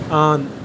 on